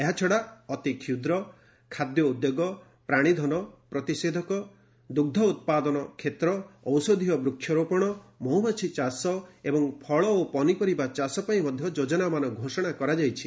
ଏହାଛଡ଼ା ଅତିକ୍ଷୁଦ୍ର ଖାଦ୍ୟ ଉଦ୍ୟୋଗ ପ୍ରାଣୀଧନ ପ୍ରତିଷେଧକ ଦୁଗ୍ଧ ଉତ୍ପାଦନ କ୍ଷେତ୍ର ଔଷଧୀୟ ବୃକ୍ଷ ରୋପଣ ମହୁମାଛି ଚାଷ ଏବଂ ଫଳ ଓ ପନିପରିବା ଚାଷ ପାଇଁ ମଧ୍ୟ ଯୋଜନାମାନ ଘୋଷଣା କରାଯାଇଛି